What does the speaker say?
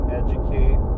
educate